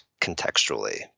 contextually